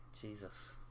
Jesus